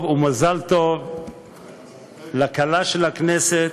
וטוב לכלה של הכנסת,